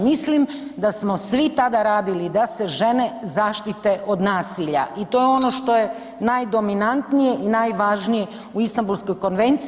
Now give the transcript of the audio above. Mislim da smo svi tada radili da se žene zaštite od nasilja i to je ono što je najdominantnije i najvažnije u Istambulskoj konvenciji.